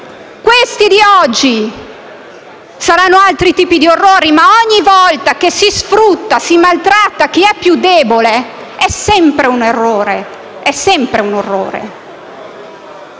Quelli di oggi saranno altri tipi di orrori, ma ogni volta che si sfrutta e si maltratta chi è più debole è sempre un orrore.